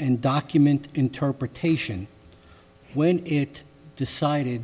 and document interpretation when it decided